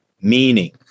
Meaning